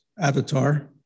avatar